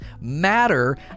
matter